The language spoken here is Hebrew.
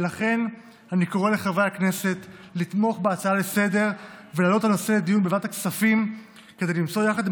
ולכן אני קורא לחברי הכנסת לתמוך בהצעה לסדר-היום ולהעלות את הנושא לדיון